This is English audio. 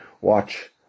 watch